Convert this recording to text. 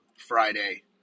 Friday